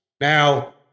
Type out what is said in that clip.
Now